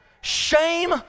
Shame